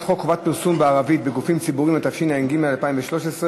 חובת פרסום בערבית בגופים ציבוריים, התשע"ג 2013,